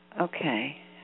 Okay